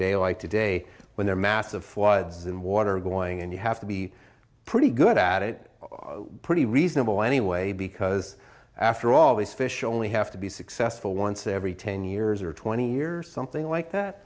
day like today when there are massive floods and water going and you have to be pretty good at it pretty reasonable anyway because after all these fish only have to be successful once every ten years or twenty years or something like that